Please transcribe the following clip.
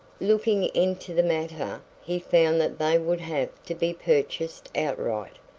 looking into the matter, he found that they would have to be purchased outright,